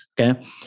Okay